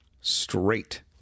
straight